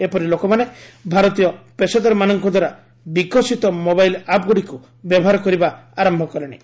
ଏପରିକି ଲୋକମାନେ ଭାରତୀୟ ପେସାଦାରମାନଙ୍କଦ୍ୱାରା ବିକଶିତ ମୋବାଇଲ୍ ଆପ୍ଗୁଡ଼ିକୁ ବ୍ୟବହାର କରିବା ଆରମ୍ଭ କଲେଣି